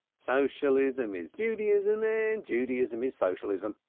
socialism is judaism and judaism is socialism,